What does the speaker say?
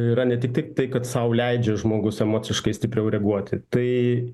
yra ne tiktai tai kad sau leidžia žmogus emociškai stipriau reaguoti tai